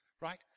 Right